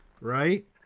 Right